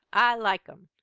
i like em,